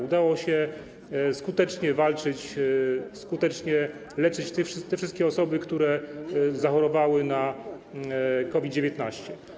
Udało się skutecznie walczyć, skutecznie leczyć te wszystkie osoby, które zachorowały na COVID-19.